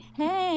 hey